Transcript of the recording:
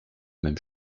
même